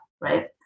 right